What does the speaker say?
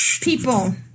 people